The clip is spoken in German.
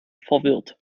verwirrt